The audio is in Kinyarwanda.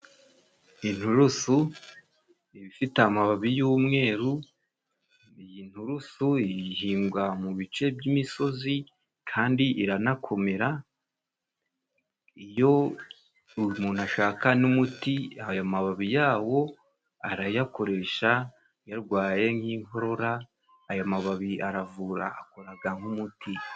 inturusu ibafite amababi y'umweru. Iyi nturusu ihingwa mu bice by'imisozi kandi iranakomera. Iyo umuntu ashaka n'umuti, ayo mababi yawo arayakoresha, yarwaye nk'inkorora ayo mababi aravura, akoraga nk'umuti.